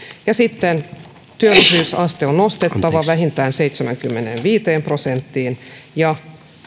ja sitten työllisyysaste on nostettava vähintään seitsemäänkymmeneenviiteen prosenttiin ja